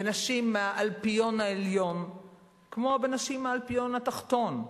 בנשים מהאלפיון העליון כמו בנשים באלפיון התחתון,